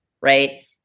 right